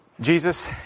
Jesus